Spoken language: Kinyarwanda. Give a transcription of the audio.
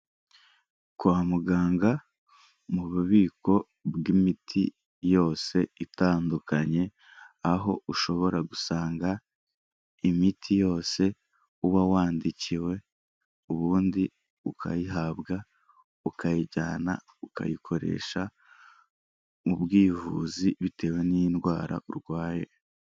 Kwa muganga, mu bubiko bw'imiti yose itandukanye, aho ushobora gusanga imiti yose uba wandikiwe, ubundi ukayihabwa, ukayijyana, ukayikoresha, mu bwivuzi, bitewe n'indwara urwaye.